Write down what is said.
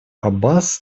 аббас